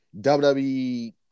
WWE